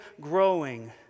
growing